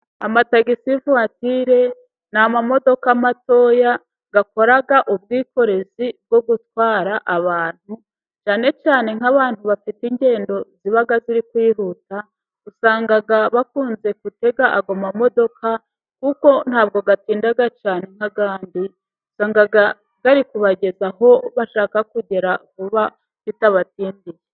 Amatasivatiri ni amamodoka matoya akora ubwikorezi bwo gutwara abantu. Cyane cyane nk'abantu bafite ingendo ziba ziri kwihuta, usanga bakunze gutega ayo mamodoka, kuko ntabwo atinda cyane nk'ayandi .Usanga ari kubageza aho bashaka kugera vuba bitabatindiye